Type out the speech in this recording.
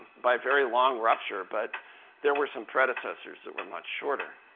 by a very long rupture. but there were some predecessors that were much shorter.